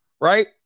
right